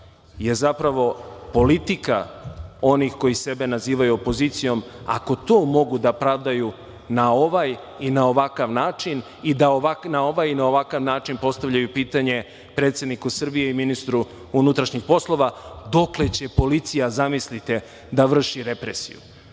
je zapravo politika onih koji sebe nazivaju opozicijom. Ako to mogu da pravdaju na ovaj i na ovakav način i da na ovaj i na ovakav način postavljaju pitanje predsedniku Srbije i ministru unutrašnjih poslova – dokle će policija, zamislite, da vrši represiju?